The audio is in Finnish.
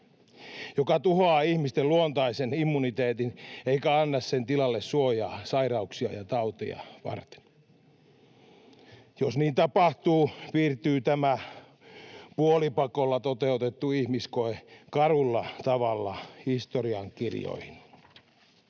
joka tuhoaa ihmisten luontaisen immuniteetin eikä anna sen tilalle suojaa sairauksia ja tauteja varten. Jos niin tapahtuu, piirtyy tämä puolipakolla toteutettu ihmiskoe karulla tavalla historiankirjoihin.